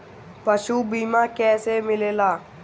पशु बीमा कैसे मिलेला?